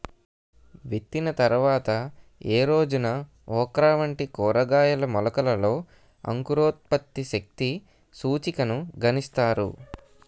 విత్తిన తర్వాత ఏ రోజున ఓక్రా వంటి కూరగాయల మొలకలలో అంకురోత్పత్తి శక్తి సూచికను గణిస్తారు?